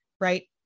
right